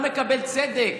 לא מקבל צדק.